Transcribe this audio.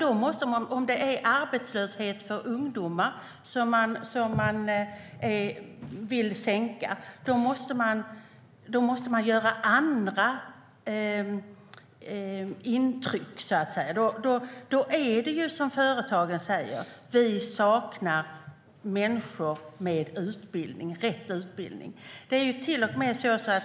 Om det är arbetslösheten för ungdomar man vill sänka måste man göra andra intryck, så att säga. Företagen säger att de saknar människor med rätt utbildning.